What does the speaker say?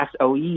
SOE